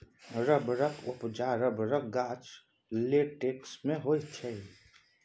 रबरक उपजा रबरक गाछक लेटेक्स सँ होइ छै